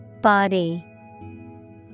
Body